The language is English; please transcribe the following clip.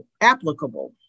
applicable